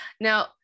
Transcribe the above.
Now